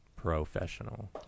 professional